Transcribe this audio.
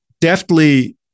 deftly